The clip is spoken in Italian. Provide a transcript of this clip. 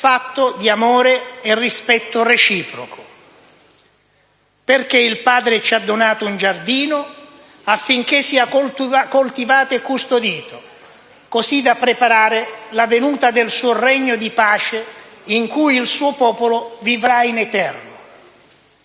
fatto di amore e rispetto reciproco, perché il Padre ci ha donato un giardino affinché sia coltivato e custodito, così da preparare la venuta del suo regno di pace in cui il suo popolo vivrà in eterno.